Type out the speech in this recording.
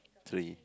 three